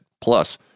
Plus